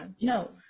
No